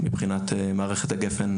מבחינת מערכת הגפ"ן,